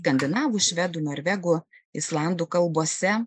skandinavų švedų norvegų islandų kalbose